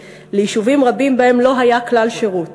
ליישובים רבים שבהם לא היה כלל שירות